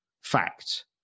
Fact